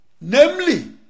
namely